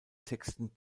texten